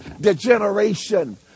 degeneration